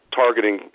targeting